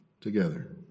together